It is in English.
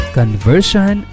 conversion